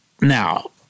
now